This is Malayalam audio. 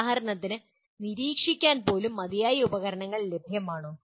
ഉദാഹരണത്തിന് നിരീക്ഷിക്കാൻ പോലും മതിയായ ഉപകരണങ്ങൾ ലഭ്യമാണോ